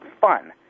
fun